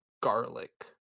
garlic